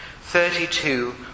Thirty-two